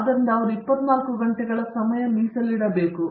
ಆದ್ದರಿಂದ ಅವರು 24 ಗಂಟೆಗಳ ಸಮಯ ಇರಬೇಕು